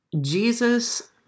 Jesus